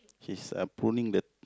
he's uh pulling the